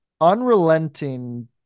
unrelenting